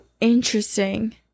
interesting